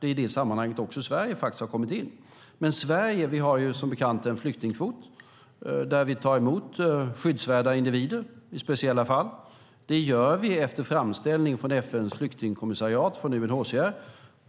Det är också i det sammanhanget Sverige har kommit in. Sverige har som bekant en flyktingkvot där vi tar emot skyddsvärda individer i speciella fall. Det gör vi efter framställning från FN:s flyktingkommissariat UNHCR.